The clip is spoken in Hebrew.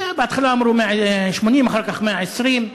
בהתחלה אמרו 80, אחר כך 120,